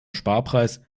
sparpreis